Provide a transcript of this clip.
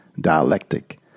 dialectic